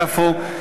יפו,